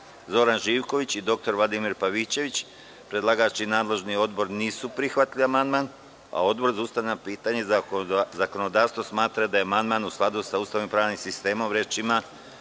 Zoran Živković i dr Vladimir Pavićević. Predlagač i nadležni odbor nisu prihvatili ovaj amandman. Odbor za ustavna pitanja i zakonodavstvo smatra da je amandman u skladu sa Ustavom i pravnim sistemom. Reč ima